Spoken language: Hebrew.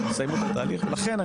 ולכן,